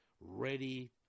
ready